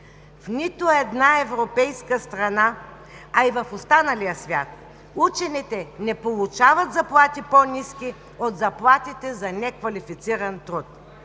В нито една европейска страна, а и в останалия свят, учените не получават заплати, по-ниски от заплатите за неквалифициран труд.